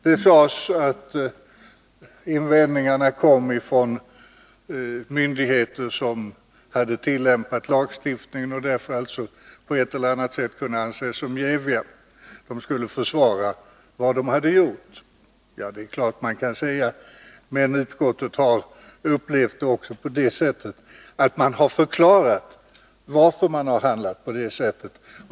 Det sades att invändningarna kom från myndigheter som hade tillämpat lagstiftningen och därför på ett eller annat sätt kunde anses som jäviga — de ville försvara vad de hade gjort. Ja, det är klart att man kan säga det, men utskottet har uppfattat det så, att myndigheterna förklarat varför de handlat på visst sätt.